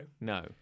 No